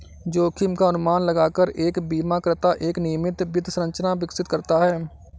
जोखिम का अनुमान लगाकर एक बीमाकर्ता एक नियमित वित्त संरचना विकसित करता है